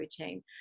routine